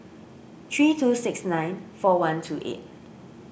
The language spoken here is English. three two six nine four one two eight